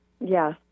Yes